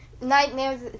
nightmares